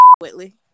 Whitley